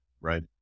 Right